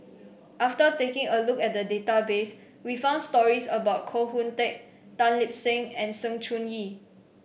after taking a look at the database we found stories about Koh Hoon Teck Tan Lip Seng and Sng Choon Yee